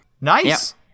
Nice